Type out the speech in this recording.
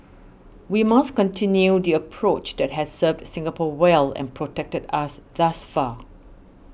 we must continue the approach that has served Singapore well and protected us thus far